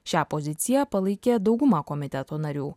šią poziciją palaikė dauguma komiteto narių